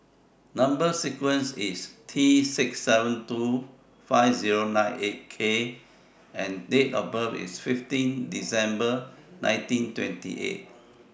Number sequence IS T six seven two five Zero nine eight K and Date of birth IS fifteen December nineteen twenty eight